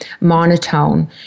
monotone